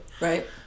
Right